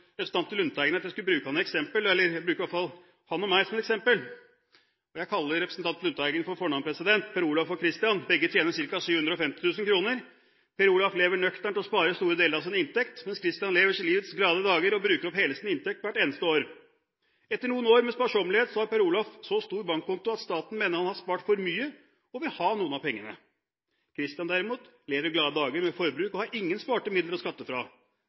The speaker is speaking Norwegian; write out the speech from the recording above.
representanten Lundteigen at jeg skulle bruke ham og meg som et eksempel. Jeg kaller representanten Lundteigen og meg med fornavn – Per Olaf og Christian. Begge tjener ca. 750 000 kr. Per Olaf lever nøkternt og sparer store deler av sin inntekt, mens Christian lever livets glade dager og bruker opp hele sin inntekt hvert eneste år. Etter noen år med sparsommelighet har Per Olaf så stor bankkonto at staten mener at han har spart for mye og vil ha noen av pengene. Christian derimot lever glade dager med forbruk, og har ingen sparte penger å skatte